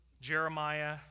Jeremiah